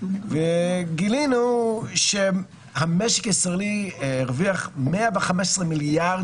וגילינו שהמשק הישראלי הרוויח 115 מיליארד